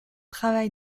travail